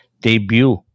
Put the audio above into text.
debut